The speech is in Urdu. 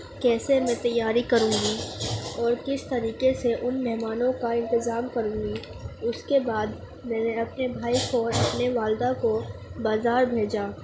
کیسے میں تیاری کروں گی اور کس طریقے سے ان مہمانوں کا انتظام کروں گی اس کے بعد میں نے اپنے بھائی کو اپنے والدہ کو بازار بھیجا